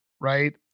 right